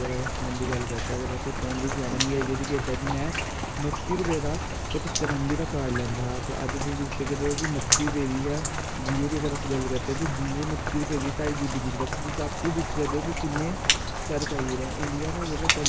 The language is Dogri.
ओह्दी बज़ह कन्नै गै बच्चा अग्गे पुजदा ऐ ते अस इयै चाह्न्ने आं कि हर इक कालेज़ च हर इक ओह्दे च गेम ते स्पोटस ते होने चाहिदे होने बड़े जरूरी ए ओह् जेह्ड़ी गेमस ते स्पोटस नै एह् बड़ी जरूरी ए बच्चें दी लाईफ च पूरी लाईफ टाईम धोड़ी एह् बड़ा जरूरी ऐ